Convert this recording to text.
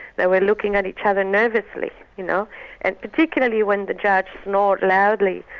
they were looking at each other nervously, you know and particularly when the judge snored loudly,